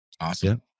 Awesome